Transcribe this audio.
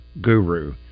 guru